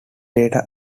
data